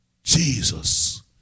Jesus